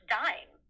dying